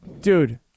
Dude